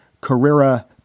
Carrera